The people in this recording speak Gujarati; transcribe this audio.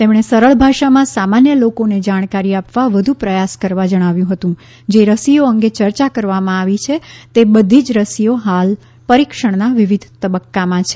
તેમણે સરળ ભાષામાં સામાન્ય લોકોને જાણકારી આપવા વધુ પ્રયાસ કરવા જણાવ્યું હતું જે રસીઓ અંગે ચર્ચા કરવામાં આવી તે બધી જ રસીઓ હાલ પરીક્ષણના વિવિદ તબક્કામાં છે